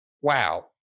Wow